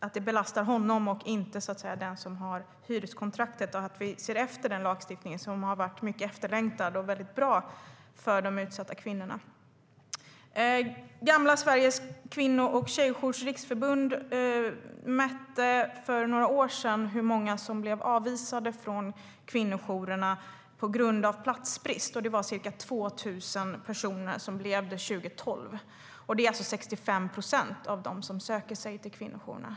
Det ska belasta honom och inte den som har hyreskontraktet. Vi ska se över den lagstiftningen, som har varit mycket efterlängtad och väldigt bra för de utsatta kvinnorna. Sveriges Kvinno och Tjejjourers Riksförbund mätte för några år sedan hur många som blev avvisade från kvinnojourerna på grund av platsbrist. Det var ca 2 000 personer som blev det 2012, vilket är 65 procent av dem som söker sig till kvinnojourerna.